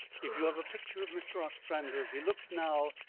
if you have a picture of mr. ostrander as he looks now,